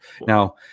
Now